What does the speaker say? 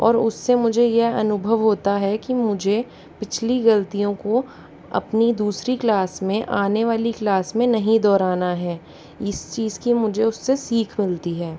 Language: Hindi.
और उससे मुझे यह अनुभव होता है कि मुझे पिछली गलतियों को अपनी दूसरी क्लास में आने वाली क्लास में नहीं दोहराना है इस चीज़ की मुझे उससे सीख मिलती है